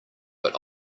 but